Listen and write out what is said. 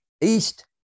east